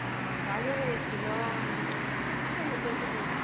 گاجر ایک کلو مِل جائے گی تیس روپے کی